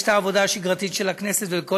יש את העבודה השגרתית של הכנסת ולכל